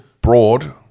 broad